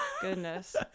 Goodness